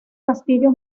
castillo